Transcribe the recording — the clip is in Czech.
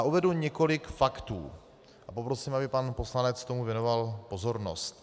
Uvedu několik faktů a poprosím, aby pan poslanec tomu věnoval pozornost.